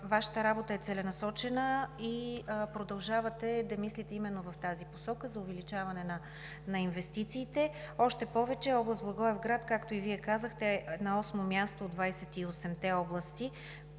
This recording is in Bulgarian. Вашата работа е целенасочена и продължавате да мислите именно в тази посока – за увеличаване на инвестициите. Още повече че област Благоевград, както и Вие казахте, е на осмо място от 28-те области